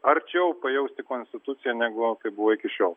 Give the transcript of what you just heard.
arčiau pajausti konstituciją negu kaip buvo iki šiol